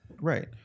Right